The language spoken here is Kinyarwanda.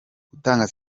gutanga